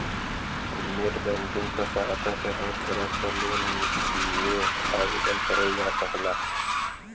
net banking क सहायता से हर तरह क लोन के लिए आवेदन करल जा सकल जाला